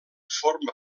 forma